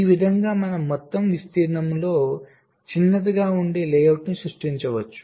ఈ విధంగా మనం మొత్తం విస్తీర్ణంలో చిన్నదిగా ఉండే లేఅవుట్ను సృష్టించవచ్చు